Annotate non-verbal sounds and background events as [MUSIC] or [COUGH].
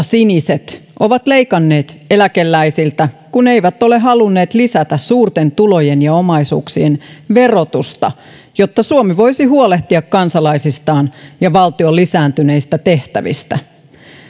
[UNINTELLIGIBLE] siniset ovat leikanneet eläkeläisiltä kun eivät ole halunneet lisätä suurten tulojen ja omaisuuksien verotusta jotta suomi voisi huolehtia kansalaisistaan ja valtion lisääntyneistä tehtävistä